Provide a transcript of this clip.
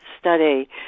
study